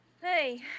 Hey